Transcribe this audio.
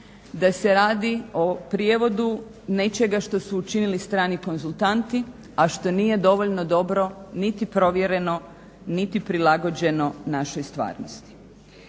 da se radi o prijevodu nečega što su učinili strani konzultanti, a što nije dovoljno dobro, niti provjereno, niti prilagođeno našoj stvarnosti.